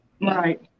Right